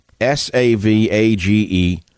S-A-V-A-G-E